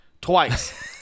twice